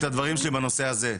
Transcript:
בנושא,